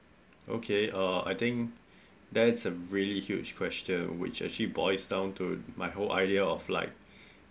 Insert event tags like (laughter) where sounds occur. okay uh I think (breath) there is a really huge question which actually boils down to my whole idea of like (breath)